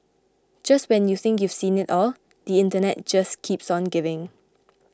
just when you think you've seen it all the Internet just keeps on giving